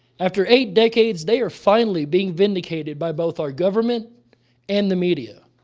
after eight decades, they are finally being vindicated by both our government and the media.